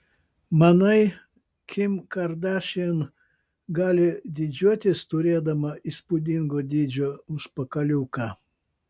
manai kim kardašian gali didžiuotis turėdama įspūdingo dydžio užpakaliuką